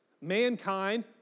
Mankind